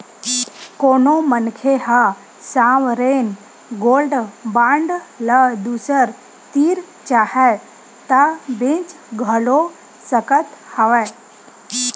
कोनो मनखे ह सॉवरेन गोल्ड बांड ल दूसर तीर चाहय ता बेंच घलो सकत हवय